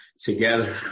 together